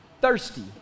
thirsty